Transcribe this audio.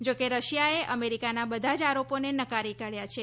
જો કે રશિયાએ અમેરિકાના બધા જ આરોપોને નકારી કાઢયા છે